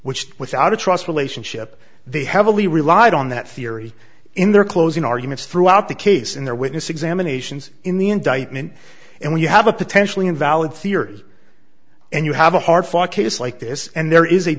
which without a trust relationship they heavily relied on that theory in their closing arguments threw out the case in their witness examinations in the indictment and when you have a potentially invalid theory and you have a hard fought case like this and there